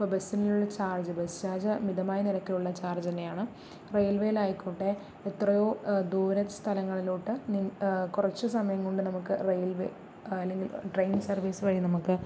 ഇപ്പോൾ ബസ്സിനുള്ള charge bus charge മിതമായ നിരക്കിലുള്ള ചാര്ജ്ജന്നെയാണ് റെയില്വേയിലായിക്കോട്ടേ എത്രയോ ദൂര സ്ഥലങ്ങളിലോട്ട് നി കുറച്ചു സമയംകൊണ്ട് നമുക്ക് റെയില്വേ അല്ലെങ്കില് ട്രെയിന് സര്വീസ് വഴി നമുക്ക്